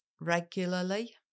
regularly